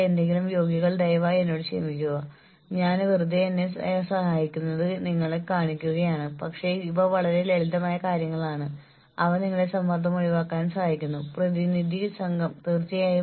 നിങ്ങൾ എങ്ങനെയാണ് ജോലികൾ ബാൻഡ് ചെയ്യുന്നത് നിങ്ങൾ അവയെ വ്യത്യസ്ത ബാൻഡുകളായി വ്യത്യസ്ത വിഭാഗങ്ങളാക്കുന്നു